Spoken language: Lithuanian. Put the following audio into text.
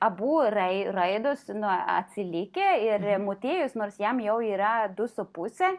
abu rai raidos nu atsilikę ir motiejus nors jam jau yra du su puse